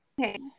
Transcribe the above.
Okay